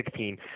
2016